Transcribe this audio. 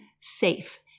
safe